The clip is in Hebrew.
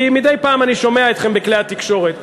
כי מדי פעם אני שומע אתכם בכלי התקשורת,